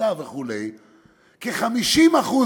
יש חמישה ימי עבודה,